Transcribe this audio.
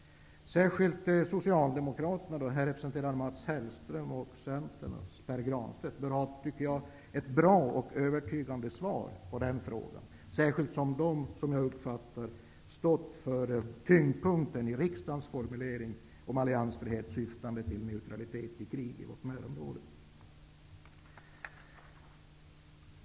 Särskilt Socialdemokraterna, här representerade av Mats Hellström, och Centern, här representerad av Pär Granstedt, bör ha ett bra och övertygande svar på den frågan, särskilt som de, som jag uppfattar det, har stått för tungdpunkten i riksdagens formulering om alliansfrihet syftande till neutralitet i krig i vårt närområde.